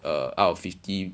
uh out of fifty